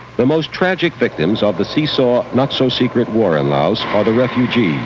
the most tragic victims of the seesaw not-so-secret war in laos are the refugees.